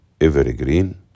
evergreen